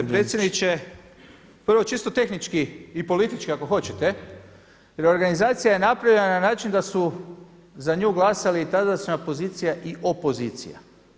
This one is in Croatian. Gospodine predsjedniče, prvo čisto tehnički i politički ako hoćete jer organizacija je napravljena na način da su za nju glasali tadašnja pozicija i opozicija.